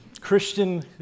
Christian